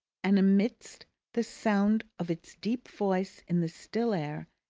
and amidst the sound of its deep voice in the still air,